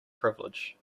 privilege